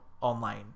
online